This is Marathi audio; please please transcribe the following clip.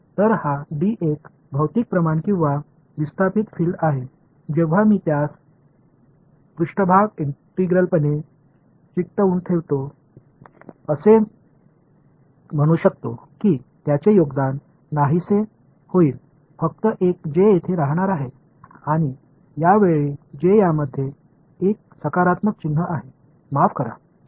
तर हा डी एक भौतिक प्रमाण किंवा विस्थापन फील्ड आहे जेव्हा मी त्यास पृष्ठभाग इंटिग्रलपणे चिकटवून ठेवतो मी असे म्हणू शकतो की त्याचे योगदान नाहीसे होईल फक्त एक J येथे राहणार आहे आणि या वेळी J यामध्ये एक सकारात्मक चिन्ह आहे माफ करा M यामध्ये एक नकारात्मक चिन्ह आहे